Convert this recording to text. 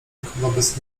wobec